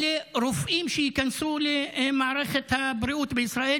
אלה רופאים שייכנסו למערכת הבריאות בישראל,